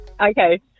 Okay